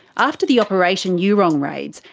after the operation eurong raids,